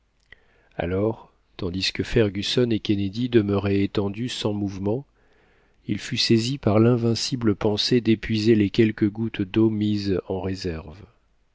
alors tandis que fergusson et kennedy demeuraient étendus sans mouvement il fut saisi par l'invincible pensée d'épuiser les quelques gouttes d'eau mises en réserve